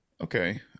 Okay